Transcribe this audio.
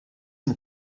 mit